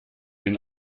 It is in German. den